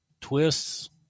twists